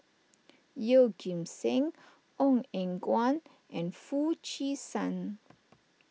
Yeoh Ghim Seng Ong Eng Guan and Foo Chee San